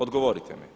Odgovorite mi.